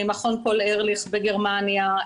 מכון פול ארליך בגרמניה,